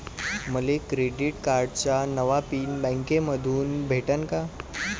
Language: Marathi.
मले क्रेडिट कार्डाचा नवा पिन बँकेमंधून भेटन का?